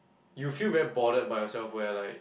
you feel very bothered by yourself where like